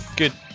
good